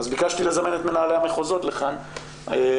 אז ביקשתי לזמן את מנהלי המחוזות לכאן ואמרתי,